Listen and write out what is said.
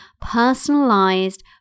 personalized